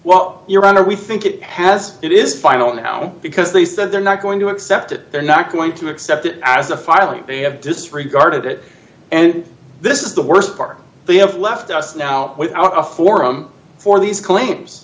well your honor we think it has it is final now because they said they're not going to accept it they're not going to accept it as a filing they have disregarded it and this is the worst part they have left us now without a forum for these claims